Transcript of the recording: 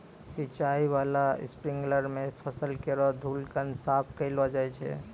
सिंचाई बाला स्प्रिंकलर सें फसल केरो धूलकण साफ करलो जाय छै